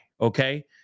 Okay